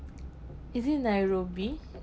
is it nairobi